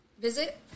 visit